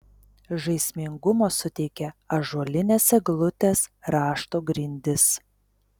žaismingumo suteikia ąžuolinės eglutės rašto grindys